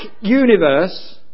universe